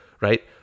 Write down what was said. Right